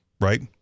Right